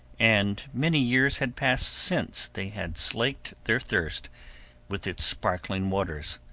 and many years had passed since they had slaked their thirst with its sparkling waters.